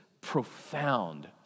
profound